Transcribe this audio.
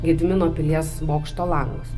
gedimino pilies bokšto langus